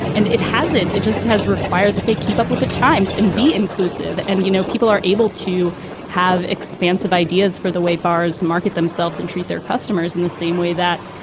and it hasn't it just has required that they keep up with the times and be inclusive. and, you know, people are able to have expansive ideas for the way bars market themselves themselves and treat their customers in the same way that,